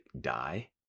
die